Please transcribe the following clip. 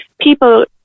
people